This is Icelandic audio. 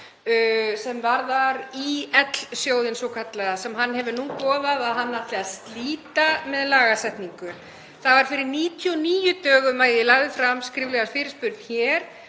sem varðar ÍL-sjóðinn svokallaða sem hann hefur nú boðað að hann ætli að slíta með lagasetningu. Það var fyrir 99 dögum að ég lagði fram skriflega fyrirspurn hér